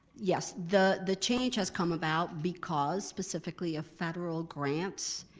yes, the the change has come about because specifically, a federal grant.